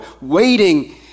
waiting